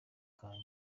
kanjye